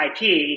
IP